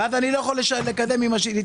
ואז אני לא יכול להתקדם עם השיווקים.